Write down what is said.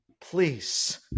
please